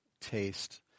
taste